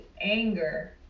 anger